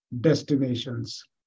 destinations